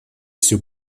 все